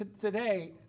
today